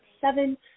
seven